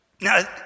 Now